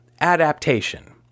adaptation